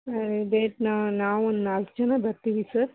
ನಾ ನಾವು ನಾಲ್ಕು ಜನ ಬರ್ತೀವಿ ಸರ್